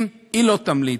אם היא לא תמליץ,